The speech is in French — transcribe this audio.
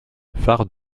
phare